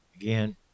Again